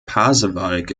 pasewalk